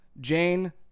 Jane